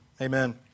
Amen